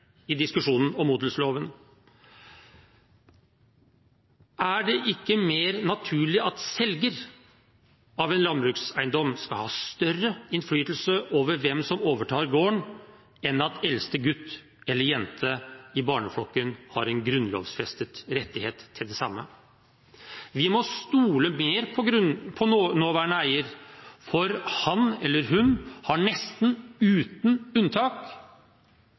i diskusjonen om odelsloven. Er det ikke mer naturlig at selger av en landbrukseiendom skal ha større innflytelse over hvem som overtar gården, enn at eldste gutt eller jente i barneflokken har en grunnlovfestet rettighet til det samme? Vi må stole mer på nåværende eier, for han eller hun har nesten uten unntak